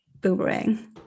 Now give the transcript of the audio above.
Boomerang